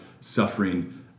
suffering